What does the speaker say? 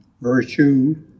virtue